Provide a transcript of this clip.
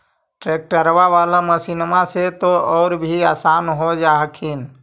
ट्रैक्टरबा बाला मसिन्मा से तो औ भी आसन हो जा हखिन?